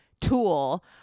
tool